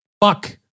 Fuck